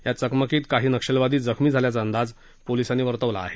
या चकमकीत काही नक्षली जखमी झाल्याचा अंदाज पोलिसांनी वर्तवला आहे